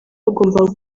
hagombaga